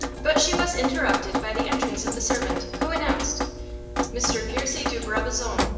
but she was interrupted by the entrance of the servant, who announced mr. percy de brabazon.